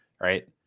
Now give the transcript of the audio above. right